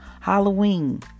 halloween